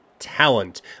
Talent